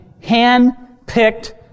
hand-picked